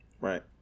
Right